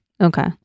Okay